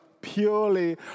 purely